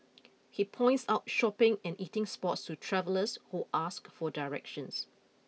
he points out shopping and eating spots to travellers who ask for directions